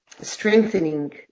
strengthening